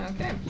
Okay